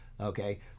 okay